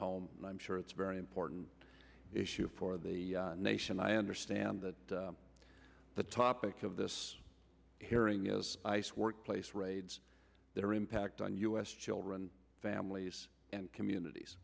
home and i'm sure it's very important issue for the nation i understand that the topic of this hearing is ice workplace raids that are impact on u s children families and communities